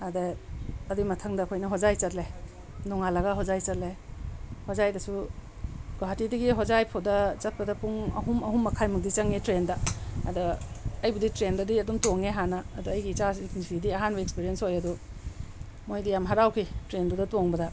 ꯑꯗ ꯑꯗꯨꯏ ꯃꯊꯪꯗ ꯑꯩꯈꯣꯏꯅ ꯍꯣꯖꯥꯏ ꯆꯠꯂꯦ ꯅꯣꯡꯉꯥꯜꯂꯒ ꯍꯣꯖꯥꯏ ꯆꯠꯂꯦ ꯍꯣꯖꯥꯏꯗꯁꯨ ꯒꯨꯍꯥꯇꯤꯗꯒꯤ ꯍꯣꯖꯥꯏ ꯐꯥꯎꯗ ꯆꯠꯄꯗ ꯄꯨꯡ ꯑꯍꯨꯝ ꯑꯍꯨꯝꯃꯈꯥꯏꯃꯨꯛꯇꯤ ꯆꯪꯉꯦ ꯇ꯭ꯔꯦꯟꯗ ꯑꯗ ꯑꯩꯕꯨꯗꯤ ꯇ꯭ꯔꯦꯟꯗꯗꯤ ꯑꯗꯨꯝ ꯇꯣꯡꯉꯦ ꯍꯥꯟꯅ ꯑꯩꯒꯤ ꯏꯆꯥꯁꯤꯡꯒꯤ ꯄꯨꯟꯁꯤꯗꯤ ꯑꯍꯥꯟꯕ ꯑꯦꯛꯁꯄꯤꯔꯤꯌꯦꯟꯁ ꯑꯣꯏ ꯑꯗꯨ ꯃꯣꯏꯗꯤ ꯌꯥꯝ ꯍꯔꯥꯎꯈꯤ ꯇ꯭ꯔꯦꯟꯗꯨꯗ ꯇꯣꯡꯕꯗ